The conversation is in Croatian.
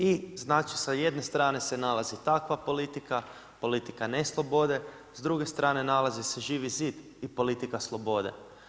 I znači sa jedne strane se nalazi takva politika, politika ne slobode, s druge strane nalazi se Živi zid i politika slobode.